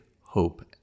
hope